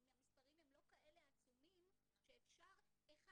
המספרים הם לא כאלה עצומים שאפשר אחד